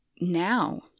now